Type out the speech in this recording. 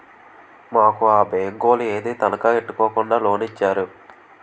మాకు ఆ బేంకోలు ఏదీ తనఖా ఎట్టుకోకుండా లోనిచ్చేరు